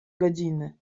godziny